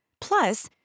Plus